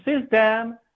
system